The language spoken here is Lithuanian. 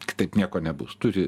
kitaip nieko nebus turi